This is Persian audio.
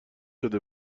شده